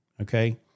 okay